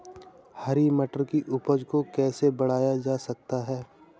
हरी मटर की उपज को कैसे बढ़ाया जा सकता है?